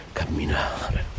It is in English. camminare